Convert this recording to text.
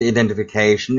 identification